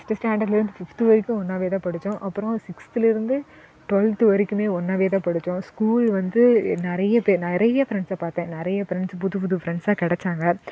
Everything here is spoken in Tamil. ஃபஸ்ட்டு ஸ்டாண்டர்டில் இருந்து சிக்ஸ்த்து வரைக்கும் ஒன்னாகவே தான் படித்தோம் அப்றம் சிஸ்க்ஸ்த்திலிருந்து டுவல்த்து வரைக்குமே ஒன்னாகவே தான் படித்தோம் ஸ்கூல் வந்து நிறைய பேர் நிறைய ஃப்ரண்ட்ஸை பார்த்தேன் நிறைய ஃப்ரண்ட்ஸ் புது புது ஃப்ரெண்ட்ஸாக கெடைச்சாங்க